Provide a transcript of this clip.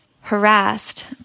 harassed